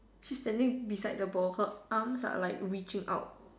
she's standing beside the ball her arms are like reaching out